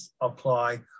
apply